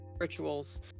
rituals